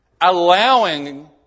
Allowing